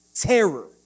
terror